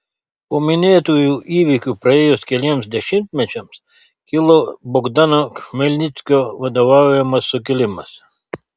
po minėtųjų įvykių praėjus keliems dešimtmečiams kilo bogdano chmelnickio vadovaujamas sukilimas